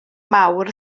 mawr